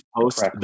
post